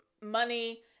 money